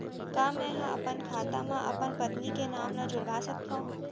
का मैं ह अपन खाता म अपन पत्नी के नाम ला जुड़वा सकथव?